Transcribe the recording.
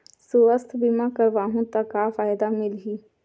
सुवास्थ बीमा करवाहू त का फ़ायदा मिलही?